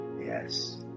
yes